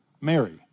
Mary